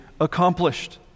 accomplished